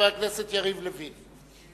חבר הכנסת יריב לוין.